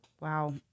Wow